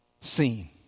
seen